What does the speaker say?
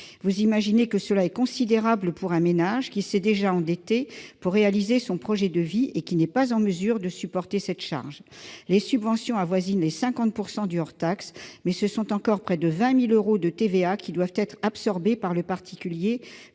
Vous imaginez bien qu'une telle somme est considérable pour un ménage qui s'est déjà endetté pour réaliser son projet de vie ! Il ne sera pas forcément en mesure de supporter cette charge. Les subventions avoisinent 50 % du montant hors taxes. Mais ce sont encore près de 20 000 euros de TVA qui doivent être absorbés par le particulier,